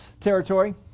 territory